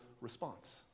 response